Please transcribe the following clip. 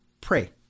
pray